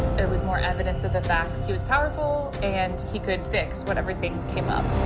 it was more evidence of the fact that he was powerful and he could fix whatever thing came up.